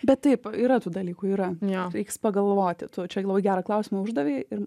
bet taip yra tų dalykų yra jo reiks pagalvoti tu čia labai gerą klausimą uždavei ir